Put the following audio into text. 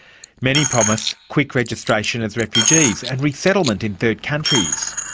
many promise quick registration as refugees and resettlement in third countries.